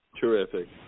Terrific